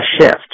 shift